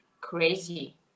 crazy